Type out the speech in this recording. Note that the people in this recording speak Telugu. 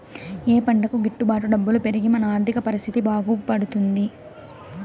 ఏ పంటకు గిట్టు బాటు డబ్బులు పెరిగి మన ఆర్థిక పరిస్థితి బాగుపడుతుంది?